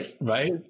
right